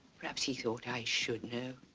perhaps he thought i should know.